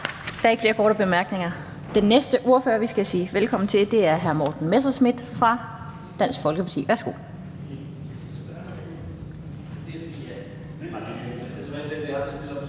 Der er ikke flere korte bemærkninger. Den næste ordfører, vi skal sige velkommen til, er hr. Morten Messerschmidt fra Dansk Folkeparti. Værsgo. Kl. 17:08 (Ordfører) Morten